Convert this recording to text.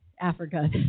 Africa